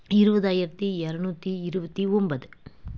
இருபதாயிரத்தி இரநூத்தி இருபத்தி ஒன்பது